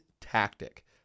tactic